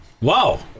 Wow